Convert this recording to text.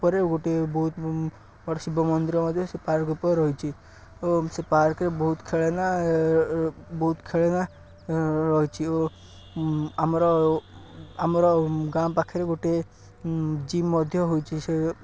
ଉପରେ ଗୋଟିଏ ବହୁତ ବଡ଼ ଶିବ ମନ୍ଦିର ମଧ୍ୟ ସେ ପାର୍କ ଉପରେ ରହିଛି ଓ ସେ ପାର୍କରେ ବହୁତ ଖେଳନା ବହୁତ ଖେଳନା ରହିଛି ଓ ଆମର ଆମର ଗାଁ ପାଖରେ ଗୋଟିଏ ଜିମ୍ ମଧ୍ୟ ହୋଇଛି ସେ